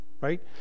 right